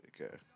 Okay